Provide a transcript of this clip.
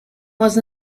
was